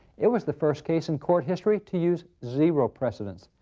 it was the first case in court history to use zero precedence.